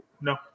No